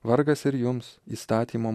vargas ir jums įstatymo